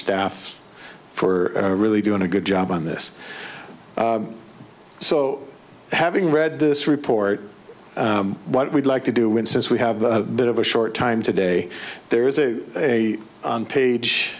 staff for really doing a good job on this so having read this report what we'd like to do with since we have a bit of a short time today there's a a on page